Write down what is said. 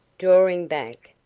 drawing back,